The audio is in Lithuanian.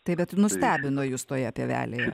tai bet nustebino jus toje pievelėje